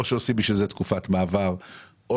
או שעושים בשביל זה תקופת מעבר או